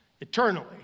eternally